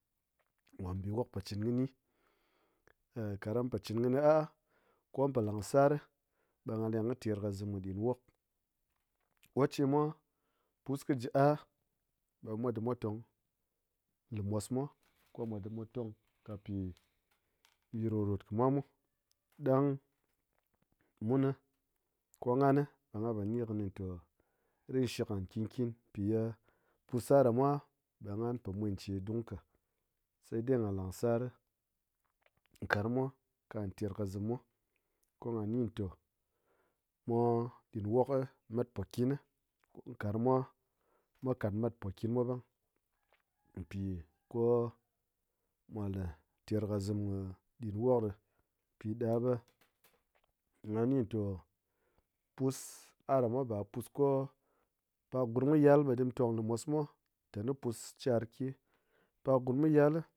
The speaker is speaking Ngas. Ngombiwok po chin kini, kaɗang gyi po chɨn kɨni a ko mupo langsar ɓa ngha leng kɨ ter kɨzim kɨɗinwok. Gochemwa pus kɨ ji a ɓe mwa dim mwa tong lu mos mwa, ɓe mwa dim mwa tong ka pi rotrot kɨmwa mwa ɗang muni ko nghani ɓe ngha po ni kɨni te ritshik ngha nkin nkin pi ye pus'aɗamwa ɓe ngha po mwen che dung ka sai dai ngha langsar nkarangmwa kɨ'a terkɨzim mwa kɨ ngha ni te mo- ɗin wok mat pokini, nkarang mwa matpokin mwa ɓang pi ko-o mwa la terkɨzim kɨ ɗinwok ɗi piɗa ɓe ngha ni to-o pus'aɗamwa ba pus ko-o pak gurum kɨ yal ɓe dim tong lumosmwa tani pus charke, pak gurum kɨ yal